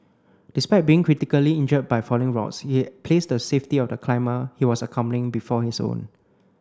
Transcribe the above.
despite being critically injured by falling rocks he placed the safety of the climber he was accompanying before his own